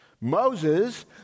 Moses